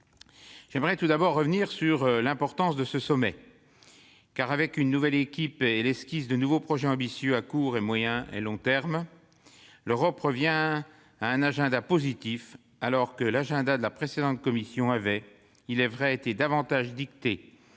J'aimerais tout d'abord insister sur l'importance de ce sommet. Avec une nouvelle équipe et l'esquisse de nouveaux projets ambitieux à court, moyen et long termes, l'Europe revient à un agenda positif, alors que celui de la précédente Commission avait été davantage dicté